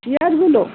চেয়ারগুলো